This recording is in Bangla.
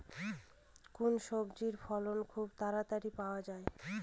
কোন সবজির ফলন খুব তাড়াতাড়ি পাওয়া যায়?